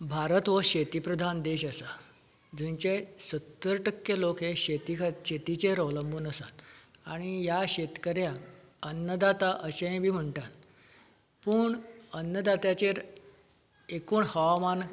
भारत हो शेतीप्रधान देश आसा जंयचे सत्तर टक्के लोक हे शेतीखा शेतीचेर अवलंबून आसतात आनी ह्या शेतकऱ्यांक अन्नदाता अशेंय बी म्हणटात पूण अन्नदात्याचेर एकूण हवामान